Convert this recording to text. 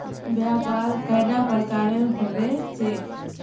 व्यापार कैडा प्रकारेर होबे चेक?